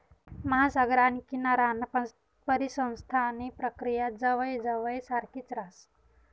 महासागर आणि किनाराना परिसंस्थांसनी प्रक्रिया जवयजवय सारखीच राहस